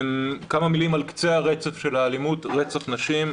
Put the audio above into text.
כמה מילים על קצה הרצף של האלימות, רצח נשים.